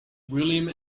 william